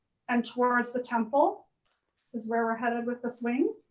and towards the temple is where we're headed with this wing.